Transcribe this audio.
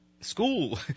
school